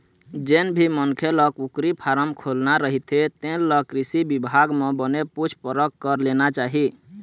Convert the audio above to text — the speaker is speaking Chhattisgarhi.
जेन भी मनखे ल कुकरी फारम खोलना रहिथे तेन ल कृषि बिभाग म बने पूछ परख कर लेना चाही